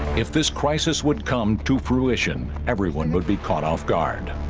if this crisis would come to fruition everyone would be caught off guard